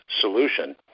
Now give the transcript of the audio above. solution